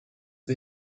wir